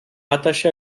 rattaché